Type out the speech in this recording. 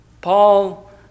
Paul